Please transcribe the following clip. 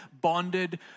bonded